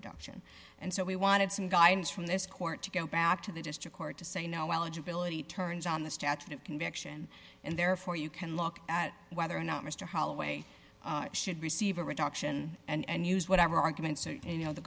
reduction and so we wanted some guidance from this court to go back to the district court to say you know eligibility turns on the statute of conviction and therefore you can look at whether or not mr holloway should receive a reduction and use whatever argument you know the